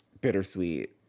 bittersweet